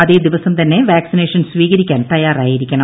അതേ ദിവസം തന്നെ വാക്സിനേഷൻ സ്വീകരിക്കാൻ തയ്യാറായിരിക്കണം